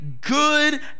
good